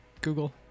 Google